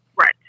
Right